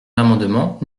l’amendement